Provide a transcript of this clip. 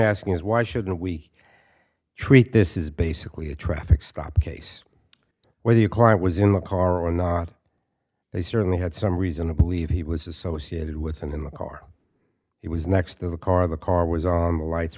asking is why shouldn't we treat this is basically a traffic stop case whether your client was in the car or not they certainly had some reason to believe he was associated with in the car it was next to the car the car was on the lights